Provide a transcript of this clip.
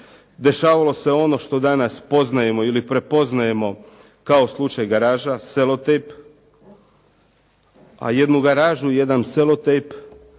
dešavalo se ono što danas poznajemo ili prepoznajemo kao slučaj "Garaža", "Selotejp", a jednu "Garažu" i jedan "Selotejp"